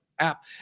app